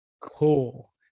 Cool